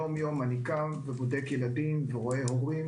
יום יום אני קם ובודק ילדים ורואה הורים,